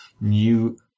new